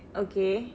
okay